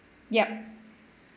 yup